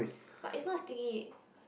but it's not sticky